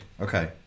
Okay